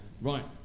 Right